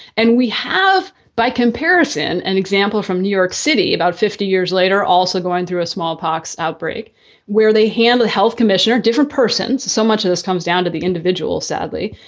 and we have by comparison, an example from new york city about fifty years later. also going through a smallpox outbreak where they handle the health commissioner, different persons. so much of this comes down to the individual, sadly.